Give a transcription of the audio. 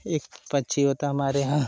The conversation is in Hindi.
एक पक्षी होता हमारे यहाँ